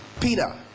Peter